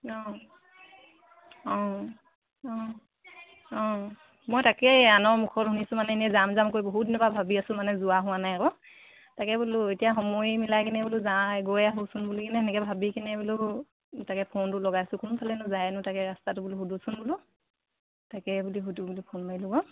অঁ অঁ অঁ অঁ মই তাকে আনৰ মুখত শুনিছোঁ মানে এনেই যাম যাম কৰি বহুত দিনৰপৰা ভাবি আছো মানে যোৱা হোৱা নাই আকৌ তাকে বোলো এতিয়া সময় মিলাই কিনে বোলো যাই গৈ আহোঁচোন বুলি কিনে সেনেকৈ ভাবি কিনে বোলো তাকে ফোনটো লগাইছোঁ কোনফালেনো যায়নো তাকে ৰাস্তাটো সুধোচোন বোলো তাকে বুলি সুধোঁ বুলি ফোন মাৰিলোঁ আকৌ